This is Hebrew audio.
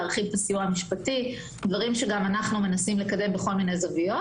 להרחיב את הסיוע המשפטי - דברים שגם אנחנו מנסים לקדם בכל מיני זוויות,